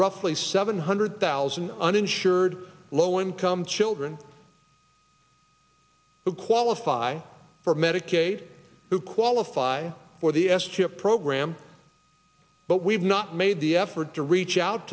roughly seven hundred thousand uninsured low income children who qualify for medicaid who qualify for the s chip program but we've not made the effort to reach out